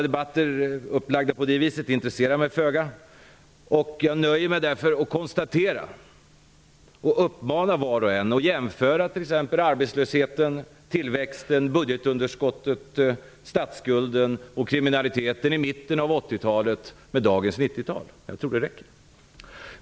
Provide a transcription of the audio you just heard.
Debatter upplagda på det viset intresserar mig föga, och jag nöjer mig därför med att uppmana var och en att jämföra t.ex. arbetslösheten, tillväxten, budgetunderskottet, statsskulden och kriminaliteten i mitten av 80-talet med motsvarande i dagens 90-tal. Jag tror att det räcker.